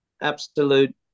Absolute